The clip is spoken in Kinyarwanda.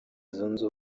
zunze